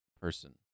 person